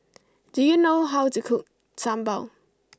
do you know how to cook Sambal